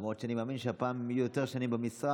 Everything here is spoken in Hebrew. למרות שאני מאמין שהפעם הם יהיו יותר שנים במשרד,